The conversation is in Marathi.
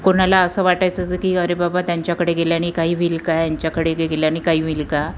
कोणाला असं वाटायचं जं की अरे बाबा त्यांच्याकडे गेल्याने काही होईल काय यांच्याकडे गे गेल्याने काही होईल का